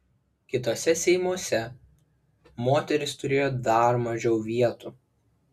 kituose seimuose moterys turėjo dar mažiau vietų